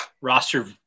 roster –